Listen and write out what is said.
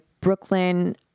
Brooklyn